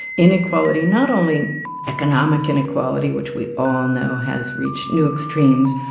inequality, not only economic inequality, which we all know has reached new extremes.